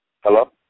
Hello